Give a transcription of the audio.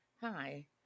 Hi